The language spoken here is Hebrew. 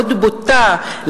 מאוד בוטה,